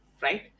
Right